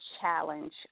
challenge